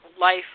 life